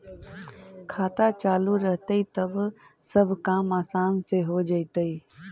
खाता चालु रहतैय तब सब काम आसान से हो जैतैय?